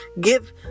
give